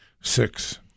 Six